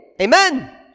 Amen